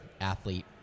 athlete